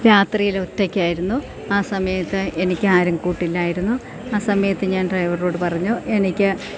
രാത്രിയിൽ ഒറ്റക്കായിരുന്നു ആ സമയത്ത് എനിക്കാരും കൂട്ടില്ലായിരുന്നു ആ സമയത്ത് ഞാൻ ഡ്രൈവറോടു പറഞ്ഞു എനിക്ക്